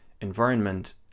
environment